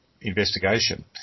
investigation